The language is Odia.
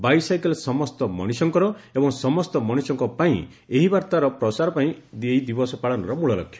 ବାଇସାଇକେଲ୍ ସମସ୍ତ ମଣିଷଙ୍କର ଏବଂ ସମସ୍ତ ମଣିଷଙ୍କ ପାଇଁ ଏହି ବାର୍ତ୍ତାର ପ୍ରଚାର ଏହି ଦିବସ ପାଳନର ମୂଳ ଲକ୍ଷ୍ୟ